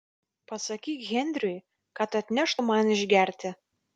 pasakyk henriui kad atneštų man išgerti